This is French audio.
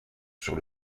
sur